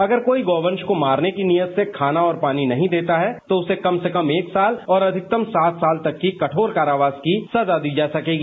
अगर कोई गौ वंश को मारने की नियत से खाना और पानी नहीं देता है तो उसे कम से कम एक साल और अधिकतम सात साल तक की कठोर कारावास की सजा दी जा सकेगी